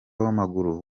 w’amaguru